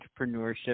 entrepreneurship